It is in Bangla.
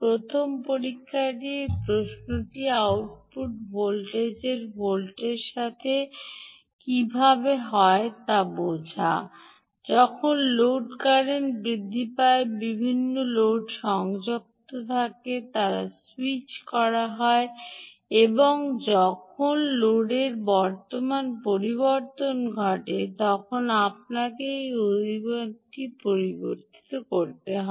প্রথম পরীক্ষাটি এই প্রশ্নটি আউটপুট ভোল্টেজ ভোল্টের সাথে কী হয় তা বোঝা হয় যখন লোড কারেন্ট বৃদ্ধি পায় বিভিন্ন লোড সংযুক্ত থাকে তারা স্যুইচ করা হয় এবং যখন লোডের বর্তমান পরিবর্তন ঘটে তখন আপনাকে সেই অধিকারটি পর্যবেক্ষণ করতে হয়